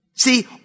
See